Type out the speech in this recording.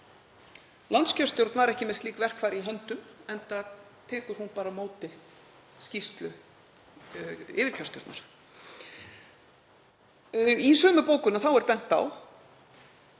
Landskjörstjórn var ekki með slík verkfæri í höndum enda tekur hún bara á móti skýrslu yfirkjörstjórnar. Í sömu bókun er bent á